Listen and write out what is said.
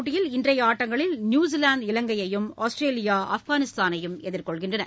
போட்டியில் இன்றைய ஆட்டங்களில் நியூசிலாந்து இலங்கையையும் ஆஸ்திரேலியா ஆப்கானிஸ்தானையும் எதிர்கொள்கின்றன